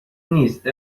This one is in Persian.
نیست